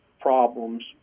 problems